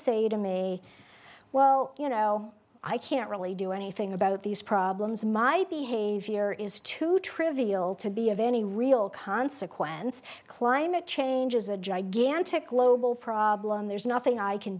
say to me well you know i can't really do anything about these problems my behavior is too trivial to be of any real consequence climate change is a gigantic global problem there's nothing i can